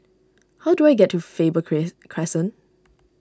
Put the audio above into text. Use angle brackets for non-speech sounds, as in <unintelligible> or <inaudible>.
how do I get to Faber <unintelligible> Crescent